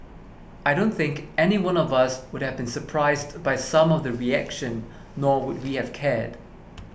I don't think anyone of us would have been surprised by some of the reaction nor would we have cared